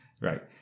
Right